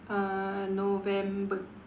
uh November